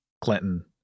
Clinton